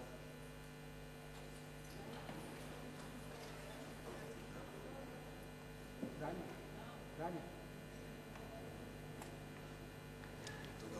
תודה